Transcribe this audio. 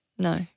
No